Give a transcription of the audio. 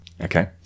okay